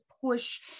push